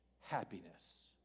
happiness